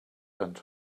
and